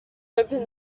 open